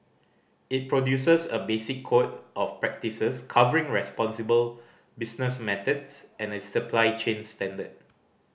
it produces a basic code of practices covering responsible business methods and a supply chain standard